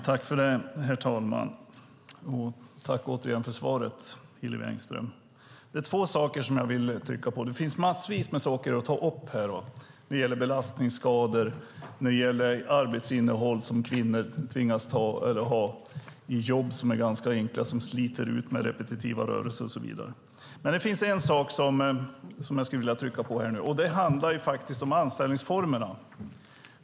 Herr talman! Tack återigen för svaret, Hillevi Engström! Det finns massvis med saker att ta upp här när det gäller belastningsskador och när det gäller arbetsinnehåll som kvinnor tvingas ha i ganska enkla jobb som sliter ut med repetitiva rörelser och så vidare. Det finns en sak som jag skulle vilja trycka på här nu, och det handlar om anställningsformerna.